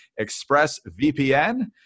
ExpressVPN